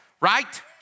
Right